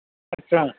اچھا